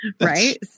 right